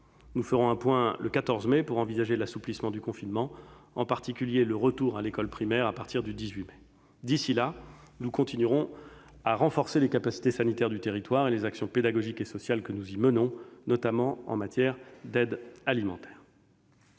Nous ferons un point le 14 mai pour envisager l'assouplissement du confinement, en particulier le retour à l'école primaire à partir du 18 mai. D'ici là, nous continuerons à renforcer les capacités sanitaires du territoire, ainsi que les actions pédagogiques et sociales que nous y menons, notamment en matière d'aide alimentaire.